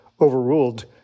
overruled